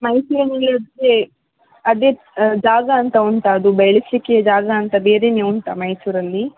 ಮೈಸೂರಲ್ಲಿ ಆದ್ರೆ ಅದೇ ಜಾಗ ಅಂತ ಉಂಟ ಅದು ಬೆಳೆಸ್ಲಿಕ್ಕೆ ಜಾಗ ಅಂತ ಬೇರೆಯೆ ಉಂಟಾ ಮೈಸೂರಲ್ಲಿ